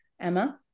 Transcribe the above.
Emma